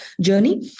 journey